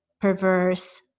perverse